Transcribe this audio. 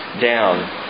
down